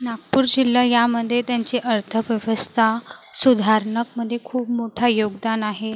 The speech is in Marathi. नागपूर शिल्ला यामदे त्यांचे अर्थव्यवस्ता सुधारनंक मनजे खूप मोठा योगदान आहे